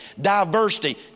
diversity